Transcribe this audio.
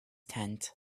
tent